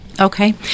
Okay